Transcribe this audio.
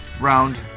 round